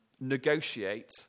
negotiate